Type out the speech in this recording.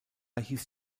hieß